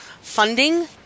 funding